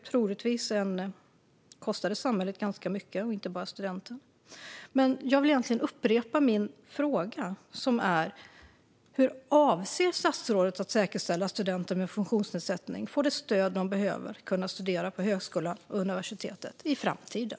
Troligtvis kostar det också samhället, och inte bara studenten, ganska mycket. Jag vill egentligen upprepa min fråga: Hur avser statsrådet att säkerställa att studenter med funktionsnedsättning får det stöd de behöver för att kunna studera på högskola och universitet i framtiden?